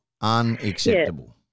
Unacceptable